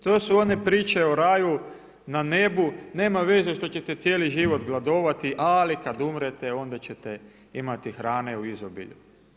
To su one priče o raju na nebu, nema veze što ćete cijeli život gladovati, ali kad umrete, onda ćete imati hrane u izobilju.